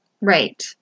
Right